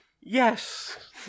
Yes